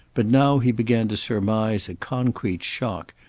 but now he began to surmise a concrete shock,